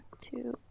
two